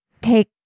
take